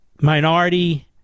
minority